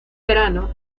verano